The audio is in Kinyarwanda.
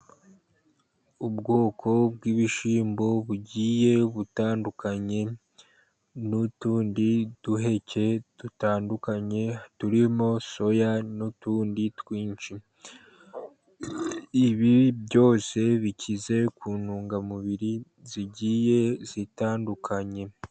Ubwoko bw'ibishyimbo bugiye butandukanye, n'utundi duheke dutandukanye, turimo soya, n'utundi twinshi. Ibi byose bikize ku ntungamubiri zigiye zitandukanye.